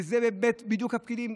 וזה בדיוק הפקידים.